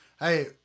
hey